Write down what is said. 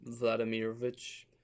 Vladimirovich